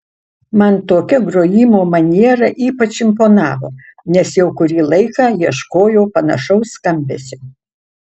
man tokia grojimo maniera ypač imponavo nes jau kurį laiką ieškojau panašaus skambesio